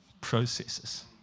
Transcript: processes